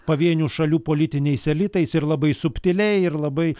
pavienių šalių politiniais elitais ir labai subtiliai ir labai